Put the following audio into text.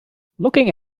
looking